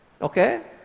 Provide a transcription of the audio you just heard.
okay